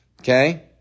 Okay